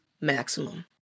maximum